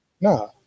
No